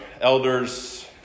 elders